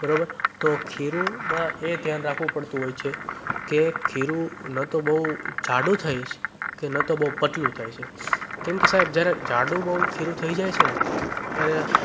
બરોબર તો ખીરુંમાં એ ધ્યાન રાખવું પડતું હોય છે કે ખીરું ન તો બહુ જાડું થાય છે કે ન તો બહુ પાતળું થાય છે કેમ કે સાહેબ જયારે જાડું બહુ ખીરું થઇ જાય છે ને ત્યારે